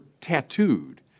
tattooed